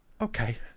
okay